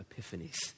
epiphanies